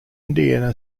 indiana